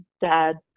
dad